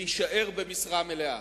להישאר במשרה מלאה.